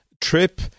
trip